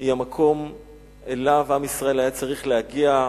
היא המקום שאליו עם ישראל היה צריך להגיע,